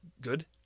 good